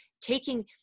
taking